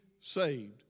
saved